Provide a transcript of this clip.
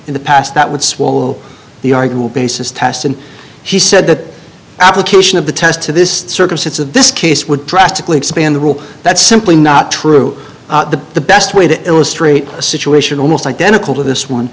in the past that would swallow the argument bases test and he said that application of the test to this circumstance of this case would drastically expand the rule that's simply not true the the best way to illustrate a situation almost identical to this one